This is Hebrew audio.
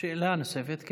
שאלה נוספת.